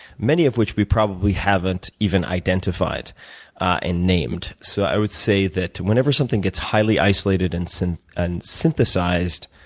many of which we probably haven't even identified and named. so i would say that whenever something gets highly isolated and so and and synthesized,